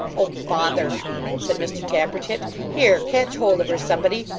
oh bother said mr tappertit. here. catch hold of her, somebody.